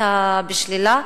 נענתה בשלילה.